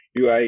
UI